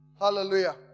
Hallelujah